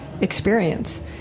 experience